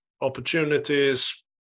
opportunities